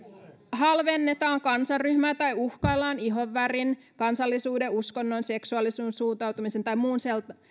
halvennetaan kansanryhmää tai uhkaillaan ihonvärin kansallisuuden uskonnon seksuaalisen suuntautumisen tai muun